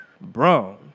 bro